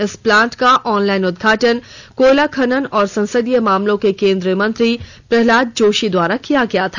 इस प्लांट का ऑनलाइन उद्घाटन कोयला खनन और संसदीय मामलों के केंद्रीय मंत्री प्रहलाद जोशी द्वारा किया गया था